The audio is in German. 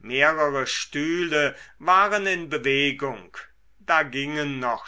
mehrere stühle waren in bewegung da gingen noch